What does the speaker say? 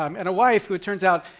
um and a wife who, it turns out,